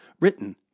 written